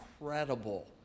incredible